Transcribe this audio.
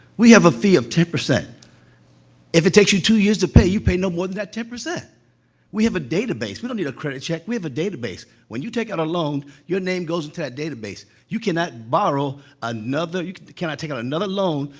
we have a fee of ten. if it takes you two years to pay, you pay no more than that ten. we have a database. we don't need a credit check. we have a database. when you take out a loan, your name goes into that database. you cannot borrow another you cannot take out another loan,